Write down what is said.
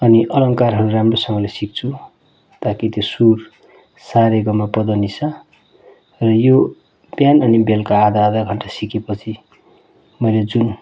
अनि अलङ्कारहरू राम्रोसँगले सिक्छु ताकि त्यो सुर सारेगमपधनिसा र यो बिहान अनि बेलुका आधा आधा घन्टा सिकेपछि मैले जुन